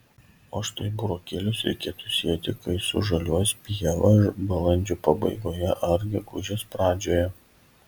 o štai burokėlius reikėtų sėti kai sužaliuos ieva balandžio pabaigoje ar gegužės pradžioje